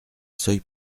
seuils